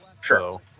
Sure